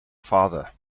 father